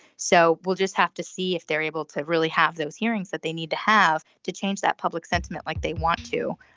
so we'll just have to see if they're able to really have those hearings that they need to have to change that public sentiment like they want to.